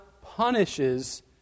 punishes